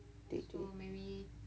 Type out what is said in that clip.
对对